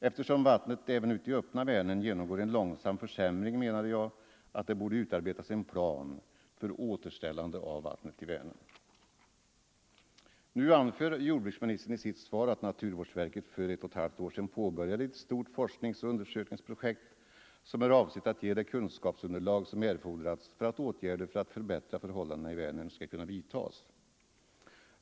Eftersom vattnet även ute i öppna Vänern genomgår en långsam försämring menade jag att det borde utarbetas en plan för återställande av vattnet i Vänern. Nu anför jordbruksministern i sitt svar att naturvårdsverket för ett och ett halvt år sedan påbörjade ett stort forskningsoch undersökningsprojekt, som är avsett att ge det kunskapsunderlag som erfordras för att åtgärder i syfte att förbättra förhållandena i Vänern skall kunna vidtas.